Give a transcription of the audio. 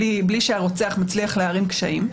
בלי שהרוצח מצליח להערים קשיים,